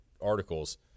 articles